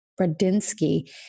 Bradinsky